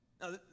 Now